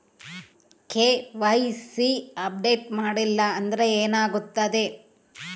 KYC update ಮಾಡಿಲ್ಲ ಅಂದ್ರೆ ಏನಾಗುತ್ತೆ?